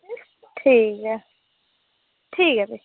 ठीक ऐ ठीक ऐ फिर